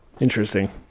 Interesting